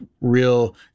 real